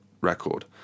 record